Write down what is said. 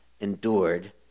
endured